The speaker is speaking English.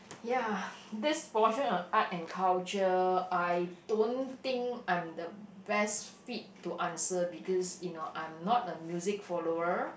ya this portion on art and culture I don't think I'm the best fit to answer because you know I'm not a music follower